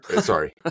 Sorry